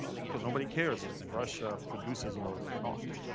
ah because nobody cares if russia produces oil or not,